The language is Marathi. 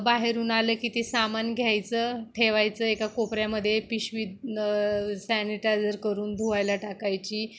बाहेरून आलं की ते सामान घ्यायचं ठेवायचं एका कोपऱ्यामध्ये पिशवी सॅनिटायझर करून धुवायला टाकायची